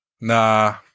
nah